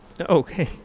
okay